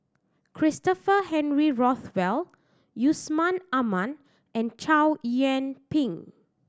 Christopher Henry Rothwell Yusman Aman and Chow Yian Ping